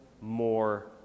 more